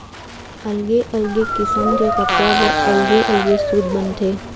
अलगे अलगे किसम के कपड़ा बर अलगे अलग सूत बनथे